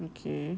okay